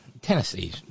Tennessee